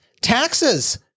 Taxes